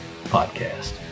Podcast